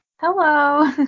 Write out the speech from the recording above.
Hello